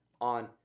on